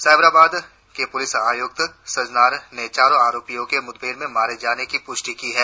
साइबराबाद के पुलिस आयुक्त सज्जनार ने चारों आरोपियों के मुठभेड़ में मारे जाने की पुष्टि की है